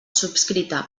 subscrita